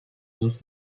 used